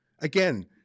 Again